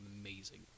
amazing